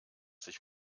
sich